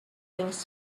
rings